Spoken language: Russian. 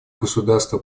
государства